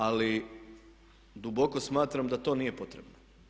Ali duboko smatram da to nije potrebno.